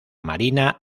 marina